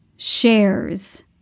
Shares